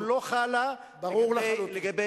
והצעת החוק לא חלה, ברור לחלוטין.